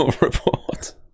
report